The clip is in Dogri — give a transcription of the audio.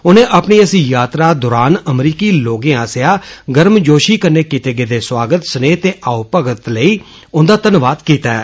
उनें अपनी इस यात्रा दौरान अमरीकी लोकें आस्सेआ गर्मजोषी कन्नै कीते गेदे स्वागत स्नेह ते आओ भगत लेई उंदा धन्नवाद कीता ऐ